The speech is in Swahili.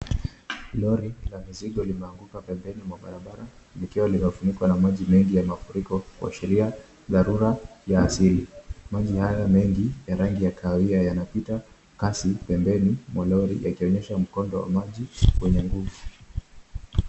Lori la mizigo limeanguka pembeni mwa barabara, likiwa limefunikwa na maji mengi ya mafuriko kuashiria dharura ya asili. Maji hayo mengi ya rangi ya kahawia yanapita kasi pembeni mwa lori yakionyesha mkondo wa maji wenye nguvu.